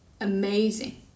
Amazing